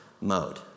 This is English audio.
mode